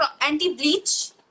anti-bleach